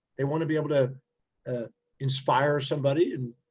they want to be able to ah inspire somebody and,